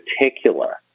particular